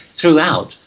throughout